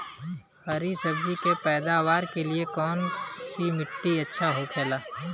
हरी सब्जी के पैदावार के लिए कौन सी मिट्टी अच्छा होखेला?